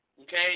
okay